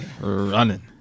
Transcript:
Running